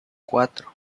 cuatro